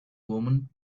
woman